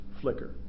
flicker